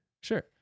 sure